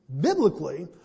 Biblically